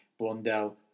Blondell